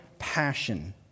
passion